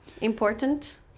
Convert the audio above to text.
important